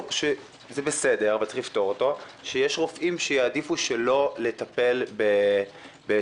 זה גם מסביר הרבה מאוד מהעומס שיש עלינו במשרד הבריאות.